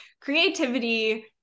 creativity